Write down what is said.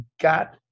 got